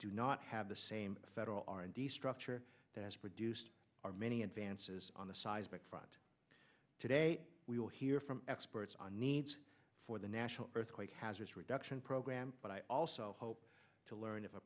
do not have the same federal r and d structure that has produced our many advances on the seismic front today we will hear from experts on needs for the national earthquake hazards reduction program but i also hope to learn